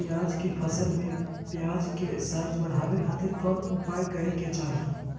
प्याज के फसल में प्याज के साइज बढ़ावे खातिर कौन उपाय करे के चाही?